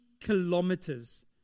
kilometers